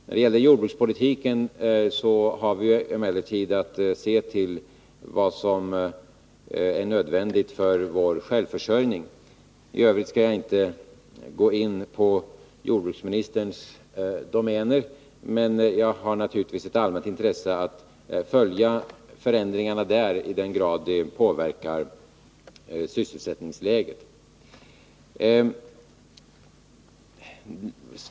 När det gäller jordbrukspolitiken har vi emellertid att se till vad som är nödvändigt för vår självförsörjning. I övrigt skall jag inte gå in på jordbruksministerns domäner, men jag har naturligtvis ett allmänt intresse av att följa förändringarna där, i den grad de påverkar sysselsättningsläget.